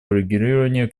урегулированию